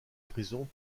prison